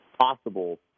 possible